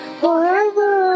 forever